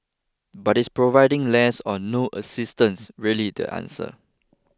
but this providing less or no assistance really the answer